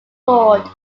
board